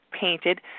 painted